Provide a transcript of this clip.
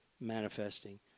manifesting